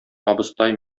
абыстай